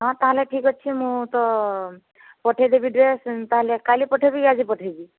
ହଁ ତା'ହେଲେ ଠିକ୍ ଅଛି ମୁଁ ତ ପଠାଇଦେବି ଡ୍ରେସ୍ ତା'ହେଲେ କାଲି ପଠାଇବି କି ଆଜି ପଠାଇବି